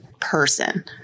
person